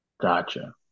Gotcha